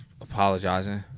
apologizing